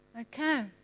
Okay